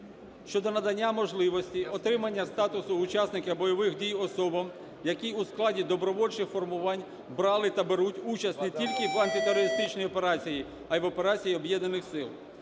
щодо надання можливості отримання статусу учасника бойових дій особам, які у складі добровольчих формувань брали та беруть участь не тільки в антитерористичній операції, а й в операції Об'єднаних сил.